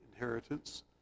inheritance